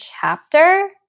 chapter